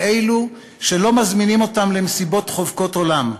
לאלו שלא מזמינים אותם למסיבות חובקות עולם.